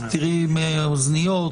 כדי שלא יהיה איזשהו הסדר שלילי,